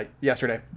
yesterday